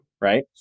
right